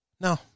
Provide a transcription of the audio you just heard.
No